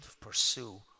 pursue